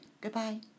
Goodbye